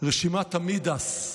רשימת מידאס.